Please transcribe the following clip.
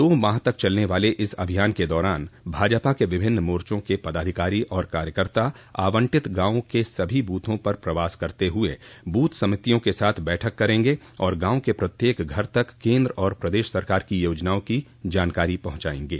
दो माह तक चलने वाले इस अभियान के दौरान भाजपा के विभिन्न मोर्चे के पदाधिकारी और कार्यकर्ता आवंटित गांवों के सभी बूथों पर प्रवास करते हुए बूथ समितियों के साथ बैठक करेंगे और गांव के प्रत्येक घर तक केन्द्र और प्रदेश सरकार की योजनाओं की जानकारी पहुंचायेगे